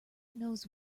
knows